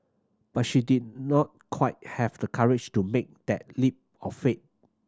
but she did not quite have the courage to make that leap of faith